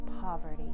poverty